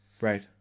right